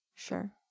Sure